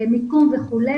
מיקום וכו'.